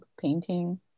painting